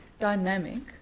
dynamic